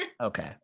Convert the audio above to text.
Okay